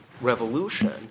revolution